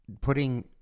Putting